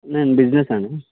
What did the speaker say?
నేను బిజినెస్ అండి